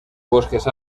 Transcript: bosques